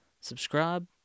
subscribe